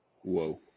Whoa